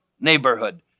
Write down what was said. neighborhood